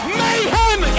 mayhem